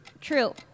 True